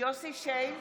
יוסף שיין,